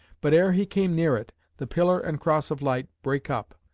but ere he came near it, the pillar and cross of light brake up,